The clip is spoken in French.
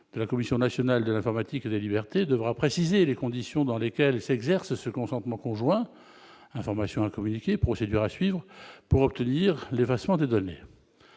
de la Commission nationale de l'informatique et des libertés devra préciser les conditions dans lesquelles s'exerce ce consentement conjoint information à communiquer procédures à suivre pour obtenir l'effacement des données